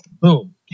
Boom